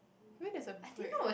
you mean there's a break